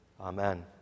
Amen